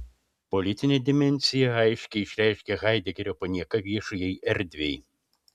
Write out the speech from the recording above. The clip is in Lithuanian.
politinę dimensiją aiškiai išreiškia haidegerio panieka viešajai erdvei